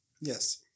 yes